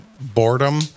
boredom